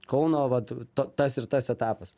kauno vat ta tas ir tas etapas